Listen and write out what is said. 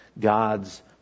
God's